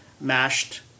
mashed